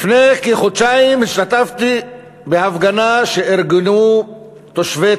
לפני כחודשיים השתתפתי בהפגנה שארגנו תושבי